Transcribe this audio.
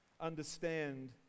understand